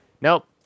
Nope